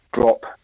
drop